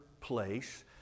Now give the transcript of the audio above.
place